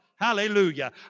Hallelujah